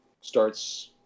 starts